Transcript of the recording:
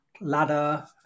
ladder